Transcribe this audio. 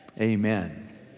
amen